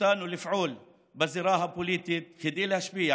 אותנו לפעול בזירה הפוליטית כדי להשפיע